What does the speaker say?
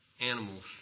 Animals